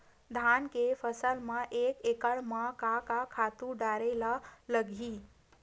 धान के फसल म एक एकड़ म का का खातु डारेल लगही?